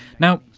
now,